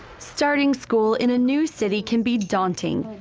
starting school in a new city can be daunting,